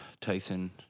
Tyson